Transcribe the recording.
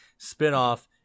Spinoff